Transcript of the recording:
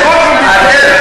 יש חוק במדינת ישראל.